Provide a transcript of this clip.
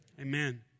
amen